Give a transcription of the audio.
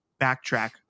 backtrack